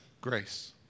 Grace